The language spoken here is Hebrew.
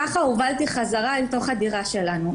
כך הובלתי חזרה אל תוך הדירה שלנו,